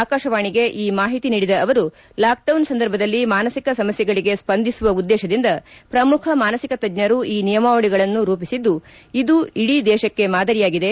ಆಕಾಶವಾಣಿಗೆ ಈ ಮಾಹಿತಿ ನೀಡಿದ ಅವರು ಲಾಕ್ಡೌನ್ ಸಂದರ್ಭದಲ್ಲಿ ಮಾನಸಿಕ ಸಮಸ್ಯೆಗಳಿಗೆ ಸ್ವಂದಿಸುವ ಉದ್ದೇಶದಿಂದ ಪ್ರಮುಖ ಮಾನಸಿಕ ತಜ್ಞರು ಈ ನಿಯಮಾವಳಿಗಳನ್ನು ರೂಪಿಸಿದ್ದು ಇದು ಇಡೀ ದೇಶಕ್ಕೆ ಮಾದರಿಯಾಗಿದೆ